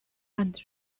and